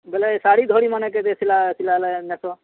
ବେଲେ ଇ ଶାଢ଼ୀ ଧଡ଼ିମାନେ କେତେ ସିଲାଲେ ନେସ